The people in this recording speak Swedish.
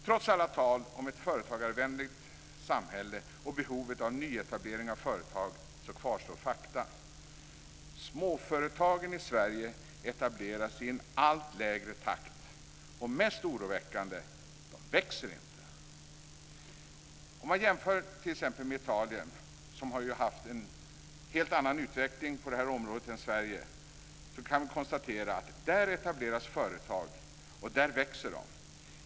Trots alla tal om ett företagarvänligt samhälle och behovet av nyetablering av företag, så kvarstår fakta. Småföretagen i Sverige etableras i en allt lägre takt, och mest oroväckande är att de inte växer. Om man jämför med t.ex. Italien, som ju har haft en helt annan utveckling på det här området än Sverige, kan vi konstatera att där etableras företag och där växer de.